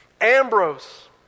Ambrose